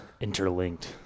interlinked